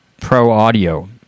pro-audio